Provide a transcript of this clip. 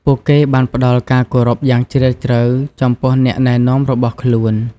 ពួកគេបានផ្តល់ការគោរពយ៉ាងជ្រាលជ្រៅ ចំពោះអ្នកណែនាំរបស់ខ្លួន។